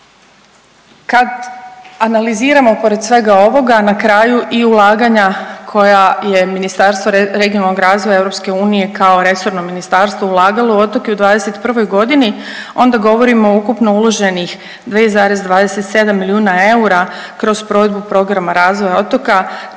Kad analiziramo pored svega ovoga, na kraju i ulaganja koja je Ministarstvo regionalnog razvoja i EU kao resorno ministarstvo ulagalo u otoke u '21. g. onda govorimo o ukupno uloženih 2,27 milijuna eura kroz provedbu programa razvoja otoka,